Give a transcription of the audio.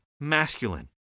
masculine